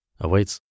awaits